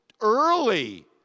early